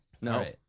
No